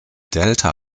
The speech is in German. delta